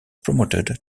promoted